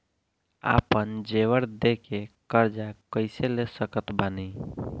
आपन जेवर दे के कर्जा कइसे ले सकत बानी?